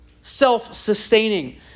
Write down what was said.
self-sustaining